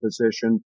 position